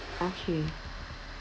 okay